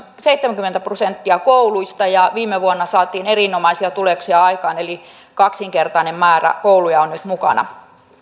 seitsemänkymmentä prosenttia kouluista ja viime vuonna saatiin erinomaisia tuloksia aikaan eli kaksinkertainen määrä kouluja on nyt mukana